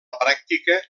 pràctica